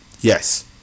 yes